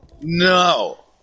no